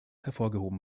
hervorgehoben